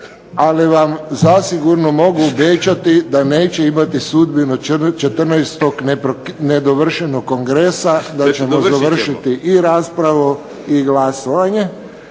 ali vam zasigurno mogu obećati da neće imati sudbinu 14. nedovršenog kongresa, da ćemo dovršiti i raspravu i glasovanje,